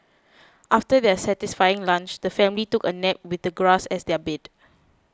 after their satisfying lunch the family took a nap with the grass as their bed